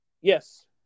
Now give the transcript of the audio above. Yes